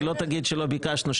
שלא תגיד שלא ביקשנו,